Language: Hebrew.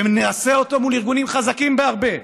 ונעשה אותו מול ארגונים חזקים בהרבה,